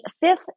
fifth